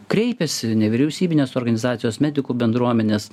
kreipėsi nevyriausybinės organizacijos medikų bendruomenės